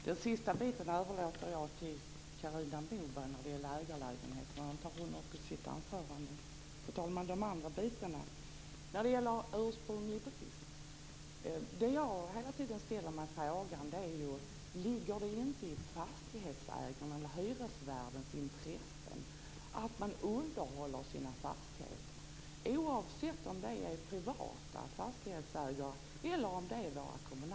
Fru talman! Frågan om ägarlägenheterna överlåter jag åt Carina Moberg, som kommer att ta upp det i sitt anförande. När det gäller ursprunglig brist ställer jag mig hela tiden frågan: Ligger det inte i fastighetsägarens eller hyresvärdens intresse att underhålla sina fastigheter, oavsett om det är privata fastighetsägare eller kommunala bolag?